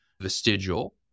vestigial